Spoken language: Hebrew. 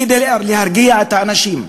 כדי להרגיע את האנשים.